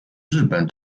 日本